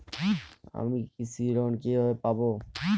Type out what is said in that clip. আমি কৃষি লোন কিভাবে পাবো?